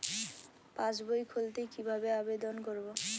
পাসবই খুলতে কি ভাবে আবেদন করব?